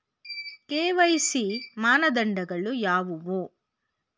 KYC ಮಾನದಂಡಗಳು ಯಾವುವು?